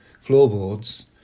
floorboards